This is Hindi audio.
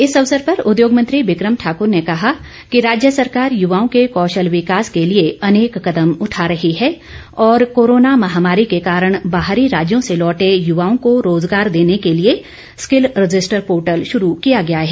इस अवसर पर उद्योगमंत्री विक्रम ठाकर ने कहा कि राज्य सरकार यवाओं के कौशल विकास के लिए अनेक कदम उठा रही है और कोरोना महामारी के कारण बाहरी राज्यों से लौटे युवाओं को रोजगार देने के लिए स्किल रजिस्टर पोर्टल शुरू किया गया है